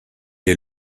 est